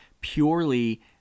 purely